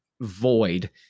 void